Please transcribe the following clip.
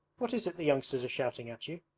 what is it the youngsters are shouting at you